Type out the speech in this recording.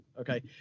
Okay